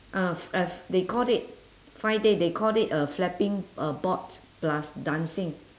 ah ah they called it five day they called it uh flapping uh bot plus dancing